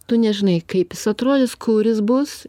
tu nežinai kaip jis atrodys kur jis bus